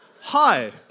Hi